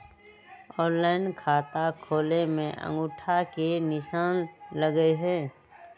Online खाता खोले में अंगूठा के निशान लगहई?